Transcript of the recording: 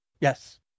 Yes